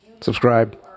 Subscribe